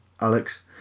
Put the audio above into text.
Alex